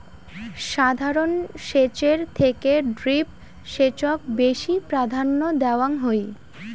সাধারণ সেচের থেকে ড্রিপ সেচক বেশি প্রাধান্য দেওয়াং হই